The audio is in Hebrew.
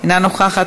מוותרת,